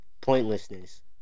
pointlessness